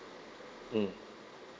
mm